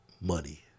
money